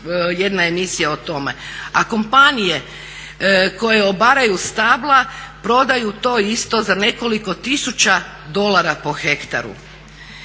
jedna emisija o tome. A kompanije koje obaraju stabla prodaju to isto za nekoliko tisuća dolara po hektaru.